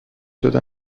شده